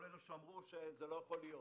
כל אלו שאמרו שזה לא יכול להיות